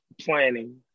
planning